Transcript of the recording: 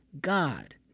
God